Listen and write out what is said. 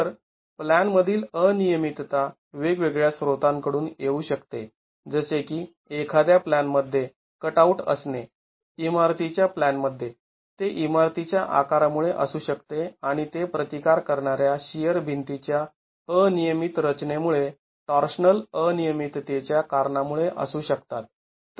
तर प्लॅनमधील अनियमितता वेगवेगळ्या स्त्रोतांकडून येऊ शकते जसे की एखाद्या प्लॅन मध्ये कटआउट असणे इमारतीच्या प्लॅन मध्ये ते इमारतीच्या आकारामुळे असू शकते आणि ते प्रतिकार करणाऱ्या शिअर भिंती च्या अनियमित रचनेमुळे टॉर्शनल अनियमिततेच्या कारणामुळे असू शकतात